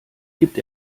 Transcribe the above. gibt